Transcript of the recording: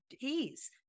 ease